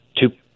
two